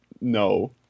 no